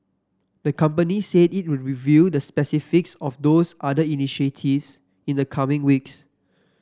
the company said it would reveal the specifics of those other initiatives in the coming weeks